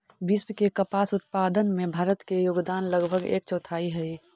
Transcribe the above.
विश्व के कपास उत्पादन में भारत के योगदान लगभग एक चौथाई हइ